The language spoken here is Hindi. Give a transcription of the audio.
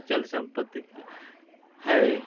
अचल सम्पत्ति है